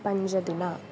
पञ्चदिनाङ्कः